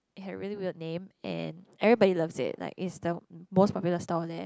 it had really weird name and everybody loves it it's like the most popular store there